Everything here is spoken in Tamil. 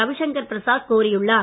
ரவிஷங்கர் பிரசாத் கோரியுள்ளார்